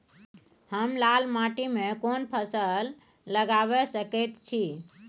हम लाल माटी में कोन फसल लगाबै सकेत छी?